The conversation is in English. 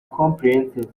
comprehensive